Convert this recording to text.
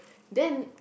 then